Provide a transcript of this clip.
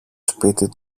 σπίτι